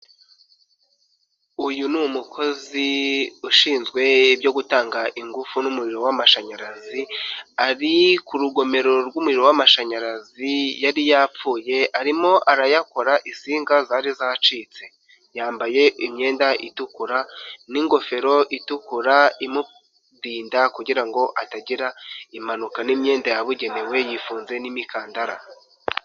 Uyu ni umukozi ushinzwe ibyo gutanga ingufu n'umuriro w'amashanyarazi ari ku rugomero rw'umuriro w'amashanyarazi yari yapfuye arimo arayakora isinga zari zacitse, yambaye imyenda itukura n'ingofero itukura imurinda kugira ngo atagira impanuka n'imyenda yabugenewe yifunze n'imikandara.